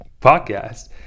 podcast